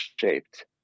shaped